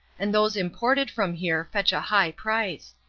and those imported from here fetch a high price.